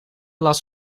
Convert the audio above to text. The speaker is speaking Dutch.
last